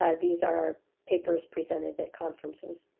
ah these are papers presented at conferences.